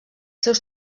seus